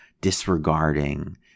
disregarding